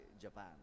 Japan